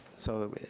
so,